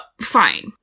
fine